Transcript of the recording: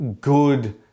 good